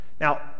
now